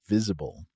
Visible